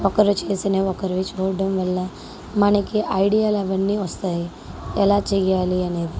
ఒకరు చేసినవి ఒకరివి చూడ్డం వల్ల మనకి ఐడియాలు అవన్నీ వస్తాయి ఎలా చెయ్యాలి అనేది